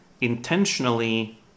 intentionally